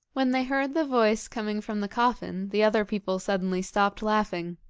when they heard the voice coming from the coffin the other people suddenly stopped laughing,